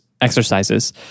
exercises